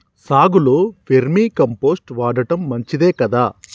సాగులో vermicompost వాడటం మంచిదే కదా?